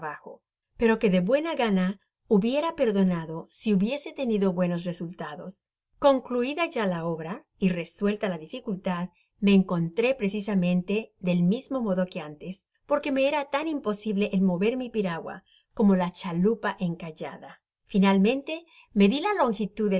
pero que de buena gana hubiera perdonado si hubiese tenido buenos resultados concluida ya la obra y resuelta la dificultad me encontró precisamente del mismo modo que antes porque me era tan imposible el mover mi piragua como la chalupa encallada finalmente medi la longitud del